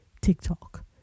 tiktok